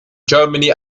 germany